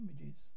images